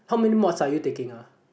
how many mods are you taking ah